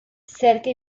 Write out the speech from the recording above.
cerca